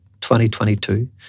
2022